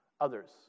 Others